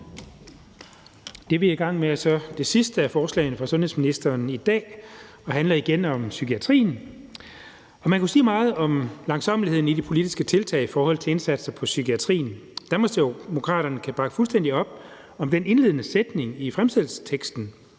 Det, vi er i gang med, er så det sidste af forslagene fra sundhedsministeren i dag, og det handler igen om psykiatrien. Man kunne sige meget om langsommeligheden i de politiske tiltag i forhold til indsatser på psykiatrien. Danmarksdemokraterne kan bakke fuldstændig op om den indledende sætning i fremsættelsesteksten: